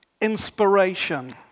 inspiration